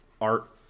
art